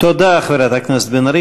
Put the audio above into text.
תודה, חברת הכנסת בן ארי.